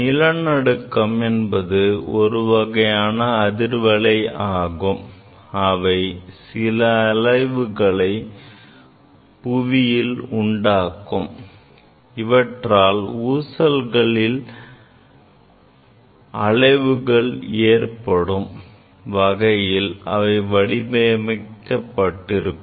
நிலநடுக்கம் என்பது ஒரு வகையான அதிர்வலை ஆகும் அவை சில அலைவுகளை பூமியில் உண்டாக்கும் இவற்றால் ஊசல்களில் அலைவுகள் ஏற்படும் வகையில் அவை வடிவமைக்கப்பட்டிருக்கும்